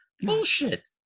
bullshit